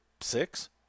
six